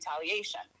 retaliation